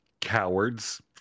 cowards